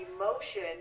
emotion